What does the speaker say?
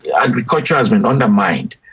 agriculture has been undermined,